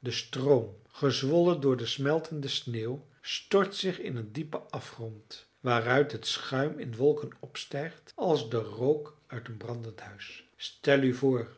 de stroom gezwollen door de smeltende sneeuw stort zich in een diepen afgrond waaruit het schuim in wolken opstijgt als de rook uit een brandend huis stel u voor